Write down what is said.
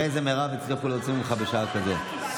תראה איזה מרב הצליחו להוציא ממך בשעה כזאת.